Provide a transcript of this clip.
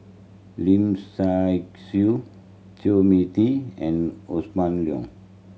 Lim Say Siu Chu Mia Tee and Leong